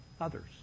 others